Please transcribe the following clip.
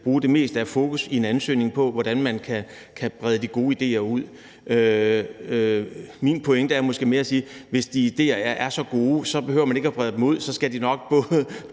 bruge det meste af fokus i en ansøgning på, hvordan man kan brede de gode idéer ud. Min pointe er måske mere at sige: Hvis de idéer er så gode, behøver man ikke at brede dem ud. Så skal de nok både